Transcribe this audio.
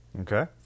Okay